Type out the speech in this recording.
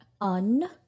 un